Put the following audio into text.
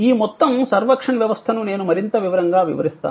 ఈ మొత్తం సర్వక్షన్ వ్యవస్థను నేను మరింత వివరంగా వివరిస్తాను